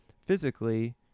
physically